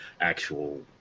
actual